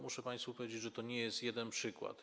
Muszę państwu powiedzieć, że to nie jest jedyny taki przykład.